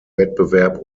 wettbewerb